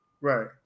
Right